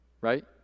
right